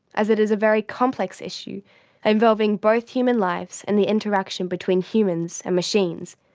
as it is a very complex issue involving both human lives and the interaction between humans and machines.